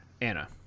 anna